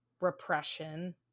repression